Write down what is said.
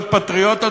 להיות פטריוט,